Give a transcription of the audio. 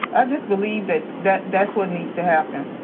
i just believe that that that's what needs to happen.